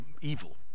evil